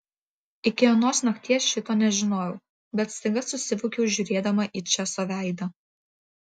iki anos nakties šito nežinojau bet staiga susivokiau žiūrėdama į česo veidą